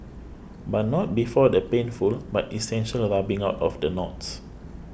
but not before the painful but essential rubbing out of the knots